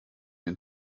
den